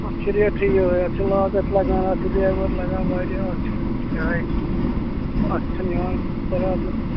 یہِ چھِ ریٹھٕے یِہَے اَتھ چھِ لاگَتھ لگان اَتھ چھِ لیبر لگان واریاہ اَتھ چھِ یِہَے اَتھ چھےٚنہٕ یِوان برابری